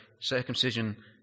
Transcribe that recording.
Circumcision